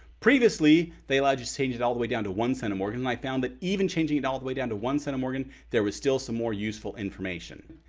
previously they allowed you to change it all the way down to one centimorgan. and i found that, even changing it all the way down to one centimorgan, there was still some more useful information.